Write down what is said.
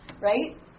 right